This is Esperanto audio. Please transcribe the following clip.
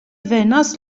venas